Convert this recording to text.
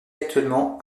actuellement